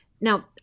Now